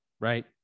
right